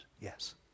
yes